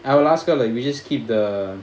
I will ask her like we just keep the